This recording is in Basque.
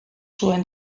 zuen